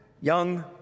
young